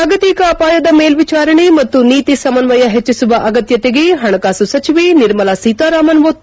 ಜಾಗತಿಕ ಅಪಾಯದ ಮೇಲ್ವಿಚಾರಣೆ ಮತ್ತು ನೀತಿ ಸಮನ್ವಯ ಹೆಚ್ಚಿಸುವ ಅಗತ್ತತೆಗೆ ಹಣಕಾಸು ಸಚಿವೆ ನಿರ್ಮಲಾ ಒತಾರಾಮ್ ಒತ್ತು